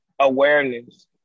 Awareness